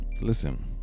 listen